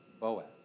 Boaz